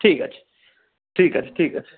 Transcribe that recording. ঠিক আছে ঠিক আছে ঠিক আছে